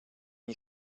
you